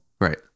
Right